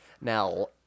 Now